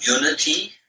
Unity